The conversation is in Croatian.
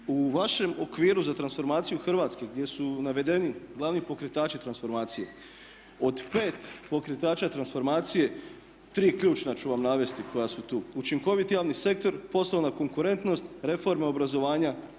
U vašem okviru za transformaciju Hrvatske gdje su navedeni glavni pokretači transformacije od 5 pokretača transformacije 3 ključna ću vam navesti koja su tu: učinkovit javni sektor, poslovna konkurentnost, reforma obrazovanja